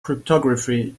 cryptography